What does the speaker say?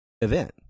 event